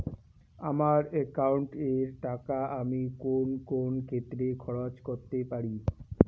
আমার একাউন্ট এর টাকা আমি কোন কোন ক্ষেত্রে খরচ করতে পারি?